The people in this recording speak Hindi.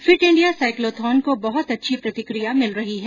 फिट इंडिया साइक्लोथॉन को बहुत अच्छी प्रतिक्रिया मिल रही हैं